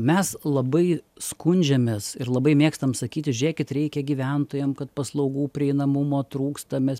mes labai skundžiamės ir labai mėgstam sakyti žiūrėkit reikia gyventojam kad paslaugų prieinamumo trūksta mes